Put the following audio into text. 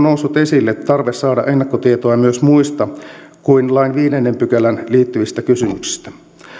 noussut esille tarve saada ennakkotietoa myös muista kuin lain viidenteen pykälään liittyvistä kysymyksistä